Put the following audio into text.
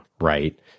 right